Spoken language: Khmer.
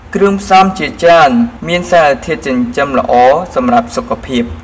គ្រឿងផ្សំ ជាច្រើនមានសារធាតុចិញ្ចឹមល្អសម្រាប់សុខភាព។